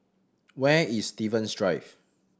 where is Stevens Drive